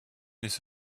this